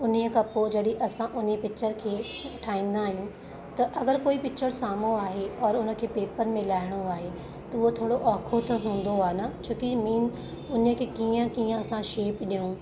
उन्हीअ खां पोइ जॾहिं असां उन्ही पिच्चर खे ठाहींदा आहियूं त अगरि कोई पिच्चर साम्हूं आहे और उनखे पेपर में लाहिणो आहे त उहा थोरो ओखो त हूंदो आहे न छो की मेन उनखे कीअं कीअं असां शेप ॾियऊं